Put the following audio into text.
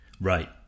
right